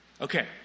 Okay